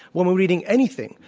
when we're reading anything.